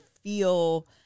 feel